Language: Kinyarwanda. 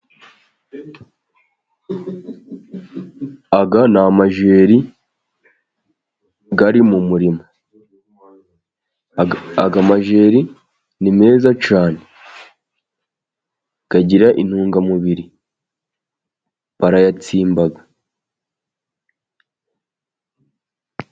Aya ni amajeri ari mu murima. Aya majeri ni meza cyane. Agira intungamubiri. Barayatsimba.